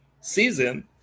season